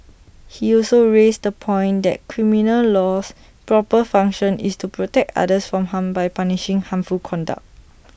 he also raised the point that criminal law's proper function is to protect others from harm by punishing harmful conduct